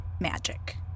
magic